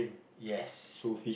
yes